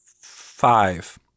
five